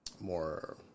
more